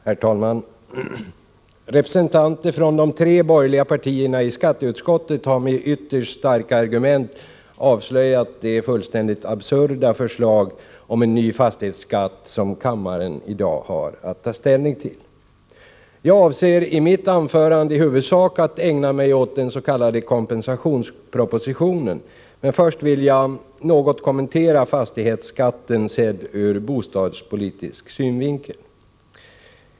Herr talman! Representanter för de tre borgerliga partierna i skatteutskottet har med ytterst starka argument avslöjat det fullständigt absurda förslag om en ny fastighetsskatt som kammaren i dag har att ta ställning till. Jag avser i mitt anförande i huvudsak att ägna mig åt den s.k. kompensationspropositionen, men först vill jag något kommentera fastighetsskatten sedd ur bostadspolitisk synvinkel.